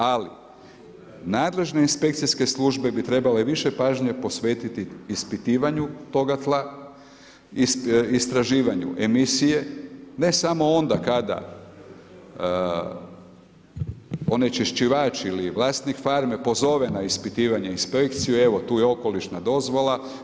Ali nadležne inspekcijske službe bi trebale više pažnje posvetiti ispitivanju toga tla, istraživanju emisije, ne samo onda kada onečišćivač ili vlasnik farme pozove na ispitivanje inspekciju, evo, tu je okolišna dozvola.